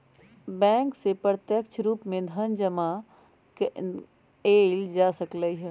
bank से प्रत्यक्ष रूप से धन जमा एइल जा सकलई ह